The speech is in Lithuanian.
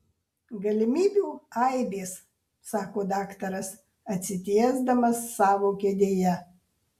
galimybių aibės sako daktaras atsitiesdamas savo kėdėje